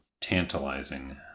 tantalizing